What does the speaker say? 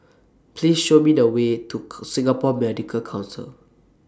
Please Show Me The Way to Singapore Medical Council